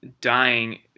dying